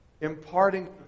imparting